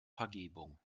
vergebung